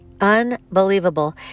Unbelievable